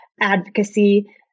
advocacy